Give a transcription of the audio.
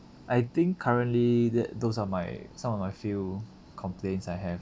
I think currently that those are my some of my few complaints I have